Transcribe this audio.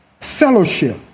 Fellowship